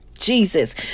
Jesus